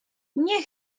nie